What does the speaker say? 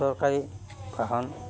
চৰকাৰী বাহন